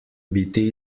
biti